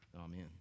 Amen